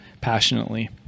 passionately